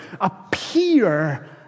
appear